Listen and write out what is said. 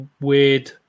weird